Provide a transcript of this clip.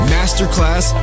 Masterclass